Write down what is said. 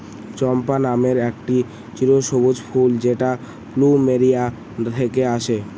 চম্পা নামের একটি চিরসবুজ ফুল যেটা প্লুমেরিয়া থেকে আসে